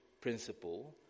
principle